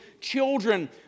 children